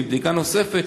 מבדיקה נוספת,